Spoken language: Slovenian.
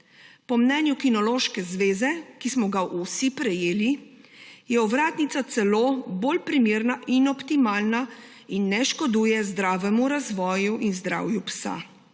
Po mnenju Kinološke zveze, ki smo ga vsi prejeli, je ovratnica celo bolj primerna in optimalna in ne škoduje zdravemu razvoju in zdravju psa.